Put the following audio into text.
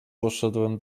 poszedłem